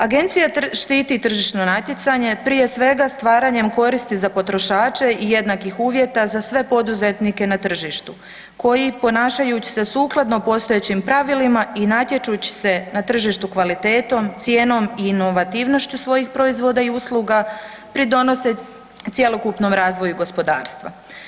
Agencija štiti tržišno natjecanje prije svega stvaranjem koristi za potrošače i jednakih uvjeta za sve poduzetnike na tržištu koji ponašajući se sukladno postojećim pravilima i natječući se na tržištu kvaliteto, cijenom i inovativnošću svojih proizvoda i usluga pridonose cjelokupnom razvoju gospodarstva.